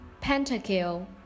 Pentacle